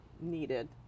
needed